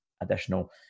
additional